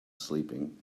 sleeping